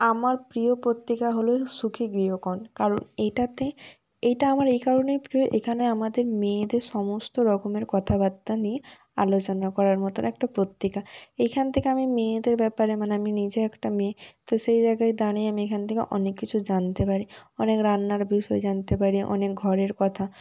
আমার প্রিয় পত্রিকা হল সুখী গৃহকোণ কারণ এইটাতে এইটা আমার এই কারণেই প্রিয় এখানে আমাদের মেয়েদের সমস্ত রকমের কথাবার্তা নিয়ে আলোচনা করার মতন একটা পত্রিকা এইখান থেকে আমি মেয়েদের ব্যাপারে মানে আমি নিজে একটা মেয়ে তো সেই জায়গায় দাঁড়িয়ে আমি এখান থেকে অনেক কিছু জানতে পারি অনেক রান্নার বিষয় জানতে পারি অনেক ঘরের কথা